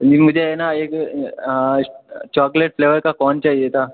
जी मुझे है ना एक चॉकलेट फ्लेवर का कोन चाहिए था